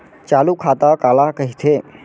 चालू खाता काला कहिथे?